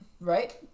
right